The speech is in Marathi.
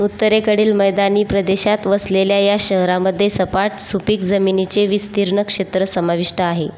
उत्तरेकडील मैदानी प्रदेशात वसलेल्या या शहरामध्ये सपाट सुपीक जमिनीचे विस्तीर्ण क्षेत्र समाविष्ट आहे